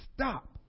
Stop